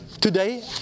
today